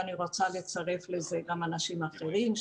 ואני רוצה לצרף לזה גם אנשים אחרים,